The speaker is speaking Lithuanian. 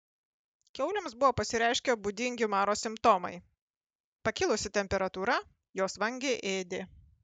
kiaulėms buvo pasireiškę būdingi maro simptomai pakilusi temperatūra jos vangiai ėdė